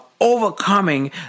overcoming